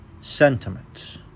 sentiments